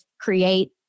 create